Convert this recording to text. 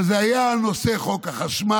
אבל זה היה על נושא חוק החשמל,